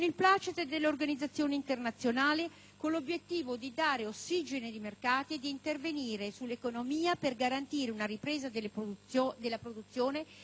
con l'obiettivo di dare ossigeno ai mercati e di intervenire sull'economia per garantire una ripresa della produzione e per evitare lo spettro della recessione.